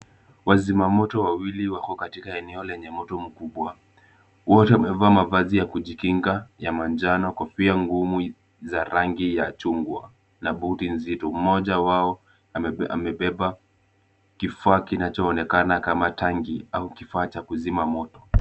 Wazimamoto wawili wako katika eneo lenye moto kubwa. Wote wamevaa mavazi ya kujikinga ya manjano, kofia ngumu za rangi ya chungwa na buti nzito. Mmoja wao amebeba kifaa kinachoonekana kama tangi au kifaa cha kuzima moto.